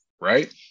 right